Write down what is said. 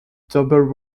double